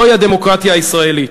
זוהי הדמוקרטיה הישראלית.